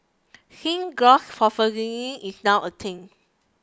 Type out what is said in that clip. since gross is now a thing